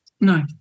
No